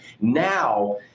Now